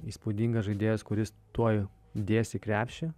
įspūdingas žaidėjas kuris tuoj dės į krepšį